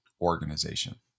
organization